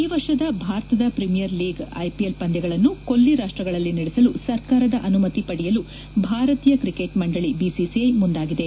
ಈ ವರ್ಷದ Bharat premier league IPL ಪಂದ್ಯಗಳನ್ನು ಕೊಲ್ಲಿ ರಾಷ್ಟಗಳಲ್ಲಿ ನಡೆಸಲು ಸರ್ಕಾರದ ಅನುಮತಿ ಪಡೆಯಲು ಭಾರತೀಯ ಕ್ರಿಕೆಟ್ ಮಂಡಳಿ ಬಿಸಿಸಿಐ ಮುಂದಾಗಿದೆ